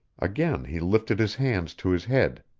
again he lifted his hands to his head.